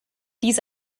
dies